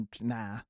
Nah